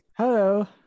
Hello